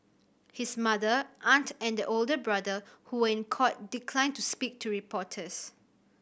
his mother aunt and older brother who were in court declined to speak to reporters